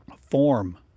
form